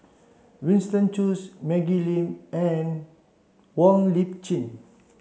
Winston Choos Maggie Lim and Wong Lip Chin